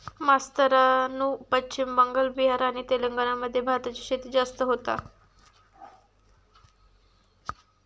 मास्तरानू पश्चिम बंगाल, बिहार आणि तेलंगणा मध्ये भाताची शेती जास्त होता